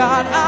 God